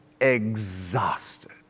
exhausted